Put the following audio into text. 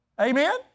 Amen